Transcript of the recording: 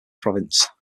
province